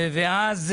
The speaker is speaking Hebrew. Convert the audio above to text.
ואז,